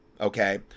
okay